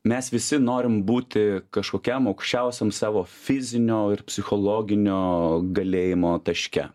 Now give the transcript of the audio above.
mes visi norim būti kažkokiam aukščiausiam savo fizinio ir psichologinio galėjimo taške